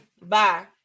Bye